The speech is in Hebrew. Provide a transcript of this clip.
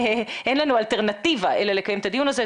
אין לנו אלטרנטיבה אלא לקיים את הדיון הזה.